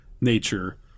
nature